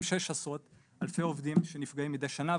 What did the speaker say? שיש עשרות אלפי עובדים שנפגעים מידי שנה,